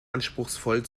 anspruchsvoll